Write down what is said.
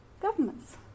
governments